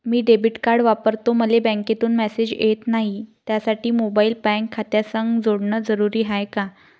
मी debit card वापरतो मले बँकेतून मॅसेज येत नाही, त्यासाठी मोबाईल बँक खात्यासंग जोडनं जरुरी हाय का?